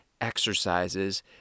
exercises